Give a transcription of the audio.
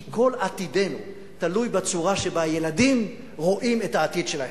כי כל עתידנו תלוי בצורה שבה הילדים רואים את העתיד שלהם.